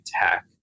tech